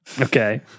Okay